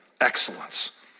excellence